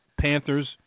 Panthers